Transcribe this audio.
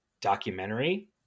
documentary